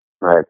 Right